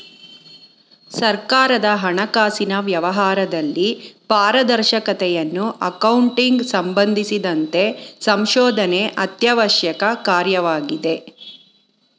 ಸರ್ಕಾರದ ಹಣಕಾಸಿನ ವ್ಯವಹಾರದಲ್ಲಿ ಪಾರದರ್ಶಕತೆಯನ್ನು ಅಕೌಂಟಿಂಗ್ ಸಂಬಂಧಿಸಿದಂತೆ ಸಂಶೋಧನೆ ಅತ್ಯವಶ್ಯಕ ಕಾರ್ಯವಾಗಿದೆ